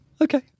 Okay